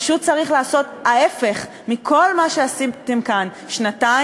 פשוט צריך לעשות ההפך מכל מה שעשיתם כאן שנתיים,